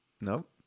Nope